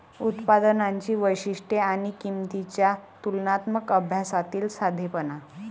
उत्पादनांची वैशिष्ट्ये आणि किंमतींच्या तुलनात्मक अभ्यासातील साधेपणा